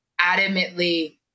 adamantly